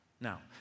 Now